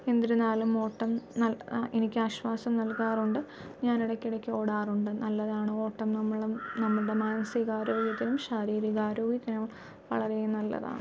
എന്നിരുന്നാലും ഓട്ടം എനിക്ക് ആശ്വാസം നൽകാറുണ്ട് ഞാൻ ഇടക്കിടക്ക് ഓടാറുണ്ട് നല്ലതാണ് ഓട്ടം നമ്മളും നമ്മുടെ മാനസികാരോഗ്യത്തിനും ശാരീരിക ആരോഗ്യത്തിനും വളരെ നല്ലതാണ്